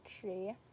Tree